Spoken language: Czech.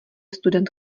student